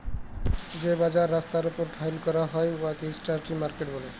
যে বাজার রাস্তার উপর ফ্যাইলে ক্যরা হ্যয় উয়াকে ইস্ট্রিট মার্কেট ব্যলে